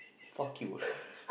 fuck you